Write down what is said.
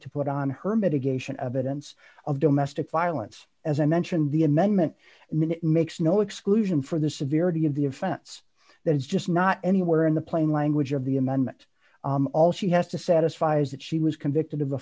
to put on her mitigation evidence of domestic violence as i mentioned the amendment minute makes no exclusion for the severity of the offense that is just not anywhere in the plain language of the amendment all she has to satisfy is that she was convicted of